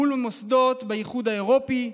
מול מוסדות באיחוד האירופי.